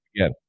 Again